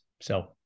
So-